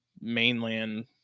mainland